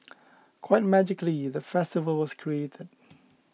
quite magically the festival was created